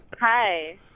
Hi